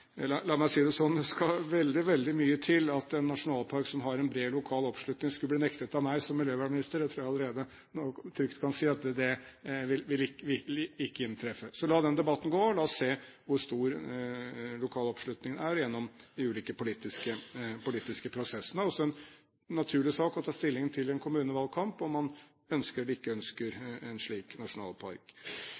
la meg si det slik: Det skal veldig, veldig mye til at en nasjonalpark som har en bred lokal oppslutning, skulle bli nektet av meg som miljøvernminister. Det tror jeg allerede at jeg trygt kan si ikke vil inntreffe. Så la den debatten gå, og la oss se hvor stor den lokale oppslutningen er gjennom de ulike politiske prosessene. Det er også en naturlig sak å ta stilling til i en kommunevalgkamp om man ønsker eller ikke ønsker en slik nasjonalpark.